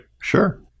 sure